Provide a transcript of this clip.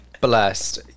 blessed